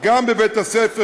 גם בבית-הספר,